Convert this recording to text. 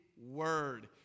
word